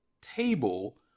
table